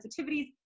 sensitivities